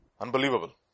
Unbelievable